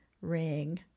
ring